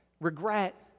regret